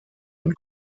und